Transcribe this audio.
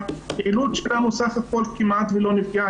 הפעילות שלנו סך הכול כמעט לא נפגעה,